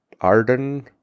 Arden